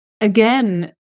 again